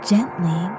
Gently